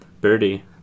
Birdie